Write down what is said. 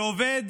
שעובד